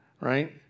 right